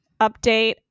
update